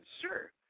sure